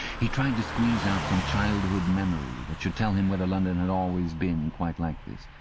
he tried to squeeze out some childhood memory that should tell him whether london had always been quite like this.